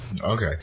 Okay